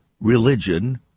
religion